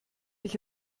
ich